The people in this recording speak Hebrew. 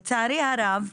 לצערי הרב,